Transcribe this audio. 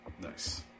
Nice